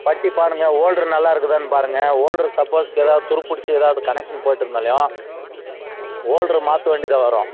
பட்டி பாருங்க ஓல்டரு நல்லாயிருக்கு தான் பாருங்க ஓல்டரு சப்போஸ் எதாவது துரு பிடிச்சி எதாவது கனக்ஷன் போய்ட்டிருந்தாலையும் ஓல்டரை மாற்ற வேண்டியதாக வரும்